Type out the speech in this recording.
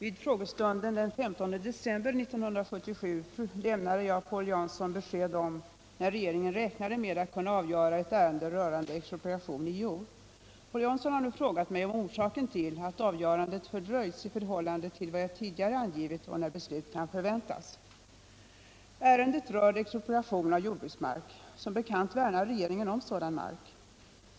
Paul Jansson har nu frågat mig om orsaken till att avgörandet fördröjts i förhållande till vad jag tidigare angivit och när beslut kan förväntas. Ärendet rör expropriation av jordbruksmark. Som bekant värnar regeringen om sådan mark.